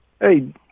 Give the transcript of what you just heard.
Hey